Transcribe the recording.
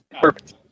Perfect